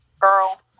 girl